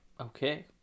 Okay